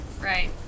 Right